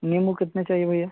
नींबू कितने चाहिए भैया